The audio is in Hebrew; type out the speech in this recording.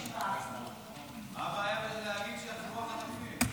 מה הבעיה להגיד שיחזרו החטופים?